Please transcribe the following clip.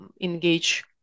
engage